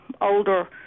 older